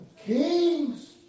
kings